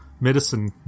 medicine